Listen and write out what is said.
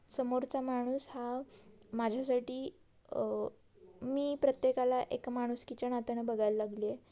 समोरचा माणूस हा माझ्यासाठी मी प्रत्येकाला एक माणूसकीच्या नात्याने बघायला लागली आहे